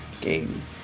game